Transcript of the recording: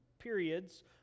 Periods